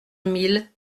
mille